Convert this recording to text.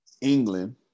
England